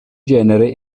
genere